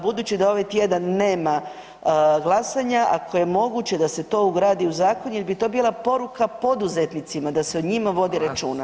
Budući da ovaj tjedan nema glasanja, ako je moguće da se to ugradi u zakon jer bi to bila poruka poduzetnicima da se o njima vodi računa.